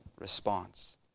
response